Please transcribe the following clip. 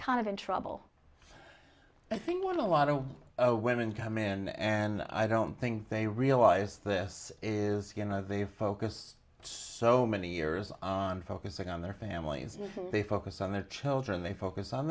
kind of in trouble i think what a lot of women come in and i don't think they realize this is you know they've focused so many years on focusing on their families they focus on their children they focus on